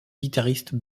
guitariste